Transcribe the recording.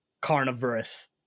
carnivorous